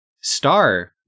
star